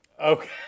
Okay